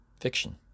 fiction